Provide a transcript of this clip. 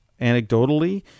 Anecdotally